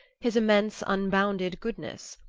his immense unbounded goodness.